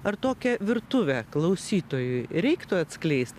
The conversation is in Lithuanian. ar tokią virtuvę klausytojui reiktų atskleist